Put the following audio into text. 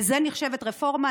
זו נחשבת רפורמה,